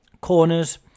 corners